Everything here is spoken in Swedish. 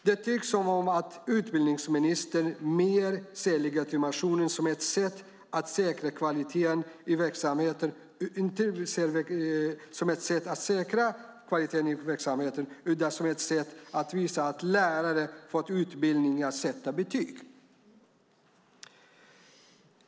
Det tycks som om utbildningsministern ser legitimation inte som ett sätt att säkra kvaliteten i verksamheten utan som ett sätt att visa att lärare har fått utbildning i att sätta betyg.